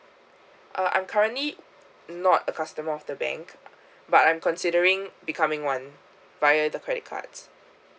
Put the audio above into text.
uh I'm currently not a customer of the bank but I'm considering becoming one via the credit card